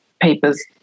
paper's